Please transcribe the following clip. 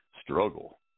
struggle